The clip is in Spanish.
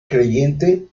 creyente